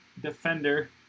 defender